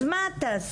אז מה תעשי?